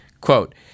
Quote